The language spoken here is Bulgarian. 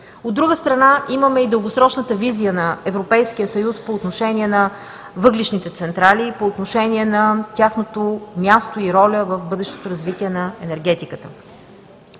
От друга страна, имаме и дългосрочната визия на Европейския съюз по отношение на въглищните централи и по отношение на тяхното място и роля в бъдещото развитие на енергетиката.